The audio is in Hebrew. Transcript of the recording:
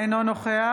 אינו נוכח